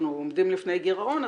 אנחנו עומדים לפני גרעון,